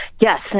Yes